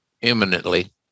imminently